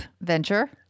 venture